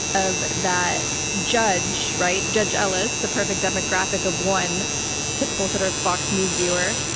of that judge, right? judge ellis, a perfect demographic of one typical sort of fox news viewer,